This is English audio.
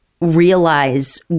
realize